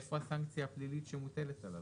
איפה הסנקציה הפלילית שמוטלת עליו?